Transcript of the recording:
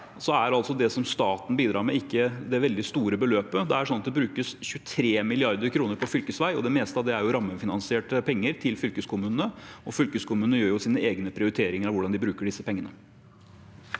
ikke staten med det veldig store beløpet. Det brukes 23 mrd. kr på fylkesvei, og det meste av det er rammefinansierte penger til fylkeskommunene. Fylkeskommunene gjør sine egne prioriteringer av hvordan de bruker disse pengene.